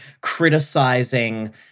criticizing